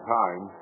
time